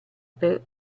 per